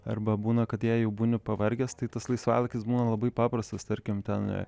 arba būna kad jei jau būni pavargęs tai tas laisvalaikis būna labai paprastas tarkim ten